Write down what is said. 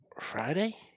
Friday